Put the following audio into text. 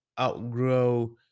outgrow